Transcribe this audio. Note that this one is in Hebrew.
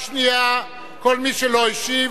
כל מי שלא השיב,